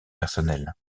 personnelles